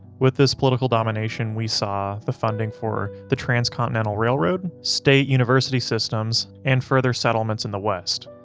with this political domination we saw the funding for the transcontinental railroad, state university systems and further settlements in the west.